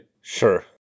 Sure